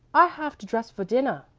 i have to dress for dinner.